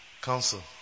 counsel